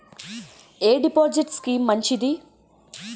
ఎ deposit scheme మంచిది?